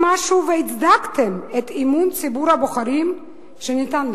משהו והצדקתם את אמון ציבור הבוחרים שניתן לכם?